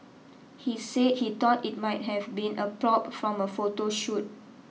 he said he thought it might have been a prop from a photo shoot